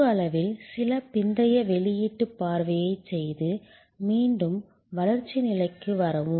முழு அளவில் சில பிந்தைய வெளியீட்டுப் பார்வையைச் செய்து மீண்டும் வளர்ச்சி நிலைக்கு வரவும்